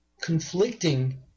conflicting